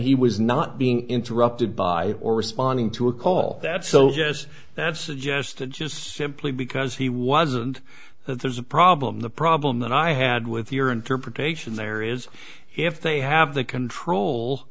he was not being interrupted by or responding to a call that's so yes that's suggested just simply because he wasn't that there's a problem the problem that i had with your interpretation there is if they have the control